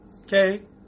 okay